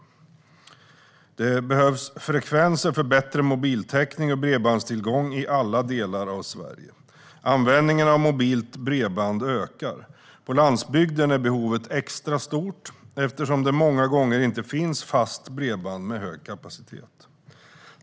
Det behövs frekvenser för bättre mobiltäckning och bredbandstillgång i alla delar av Sverige. Användningen av mobilt bredband ökar. På landsbygden är behovet extra stort eftersom det många gånger inte finns fast bredband med hög kapacitet.